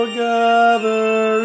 gather